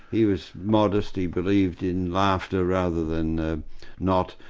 he was modest, he believed in laughter rather than not,